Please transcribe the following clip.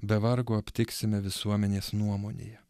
be vargo aptiksime visuomenės nuomonėje